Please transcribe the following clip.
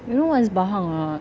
you know what is bahang or not